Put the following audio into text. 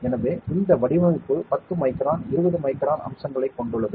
எனவே இந்த வடிவமைப்பு 10 மைக்ரான் 20 மைக்ரான் அம்சங்களைக் கொண்டுள்ளது